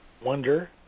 wonder